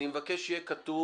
אני מבקש שיהיה כתוב